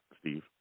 Steve